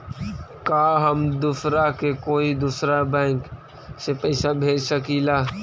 का हम दूसरा के कोई दुसरा बैंक से पैसा भेज सकिला?